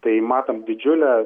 tai matom didžiulę